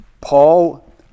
Paul